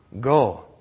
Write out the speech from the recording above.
Go